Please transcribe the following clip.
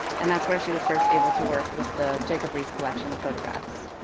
and that's where she was first able to work with the jacob riis collection of photographs.